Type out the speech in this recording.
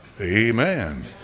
Amen